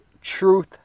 truth